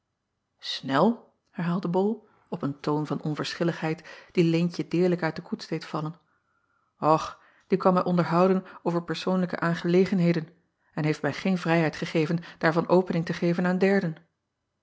nel herhaalde ol op een toon van onverschilligheid die eentje deerlijk uit de koets deed vallen och die kwam mij onderhouden over persoonlijke aangelegenheden en heeft mij geen vrijheid gegeven daarvan opening te geven aan derden